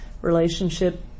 relationship